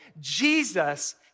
Jesus